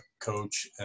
coach